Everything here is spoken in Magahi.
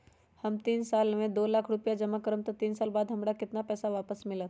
हम तीन साल ला दो लाख रूपैया जमा करम त तीन साल बाद हमरा केतना पैसा वापस मिलत?